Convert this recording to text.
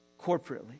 corporately